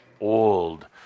old